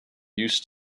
used